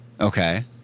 Okay